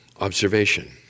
observation